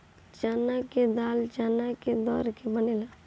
चना के दाल चना के दर के बनेला